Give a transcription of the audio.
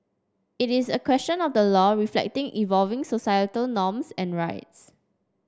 it is a question of the law reflecting evolving societal norms and rights